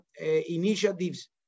initiatives